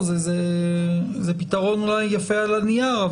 זה פתרון אולי יפה על הנייר,